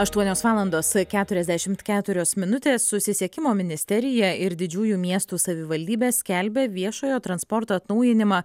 aštuonios valandos keturiasdešimt keturios minutės susisiekimo ministerija ir didžiųjų miestų savivaldybės skelbia viešojo transporto atnaujinimą